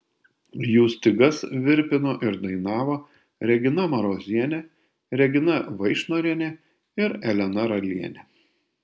jų stygas virpino ir dainavo regina marozienė regina vaišnorienė ir elena ralienė